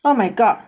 oh my god